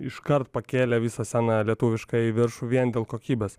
iškart pakėlė visą sceną lietuvišką į viršų vien dėl kokybės